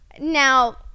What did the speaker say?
Now